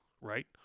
right